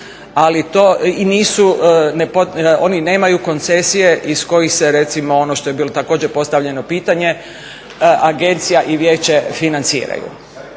upisati, ali oni nemaju koncesije iz kojih se recimo ono što je bilo također postavljeno pitanje agencija i vijeće financiraju.